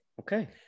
okay